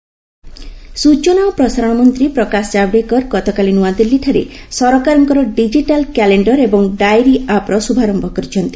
digital calendar ସୂଚନା ଓ ପ୍ରସାରଣ ମନ୍ତ୍ରୀ ପ୍ରକାଶ ଜାଭହେକର ଗତକାଲି ନୂଆଦିଲ୍ଲୀଠାରେ ସରକାରଙ୍କ ଡିଜିଟାଲ କ୍ୟାଲେଣ୍ଡର ଏବଂ ଡାଏରୀ ଆପ୍ର ଶୁଭାରମ୍ଭ କରିଛନ୍ତି